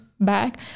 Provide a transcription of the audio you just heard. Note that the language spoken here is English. Back